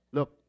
Look